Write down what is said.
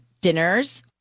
dinners